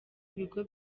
ibigo